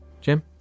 Jim